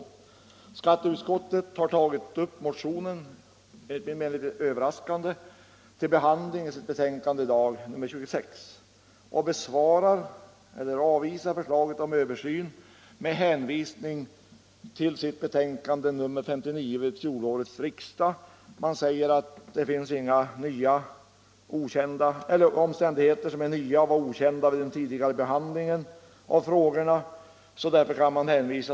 m.m. Skatteutskottet har litet överraskande tagit upp motionen i det betänkande som vi i dag behandlar och avvisar förslaget om översyn med hänvisning till sitt betänkande nr 59 vid fjolårets riksdag. Utskottet säger att inga omständigheter som var okända vid den tidigare behandlingen av frågan har åberopats.